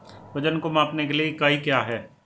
वजन को मापने के लिए इकाई क्या है?